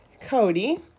Cody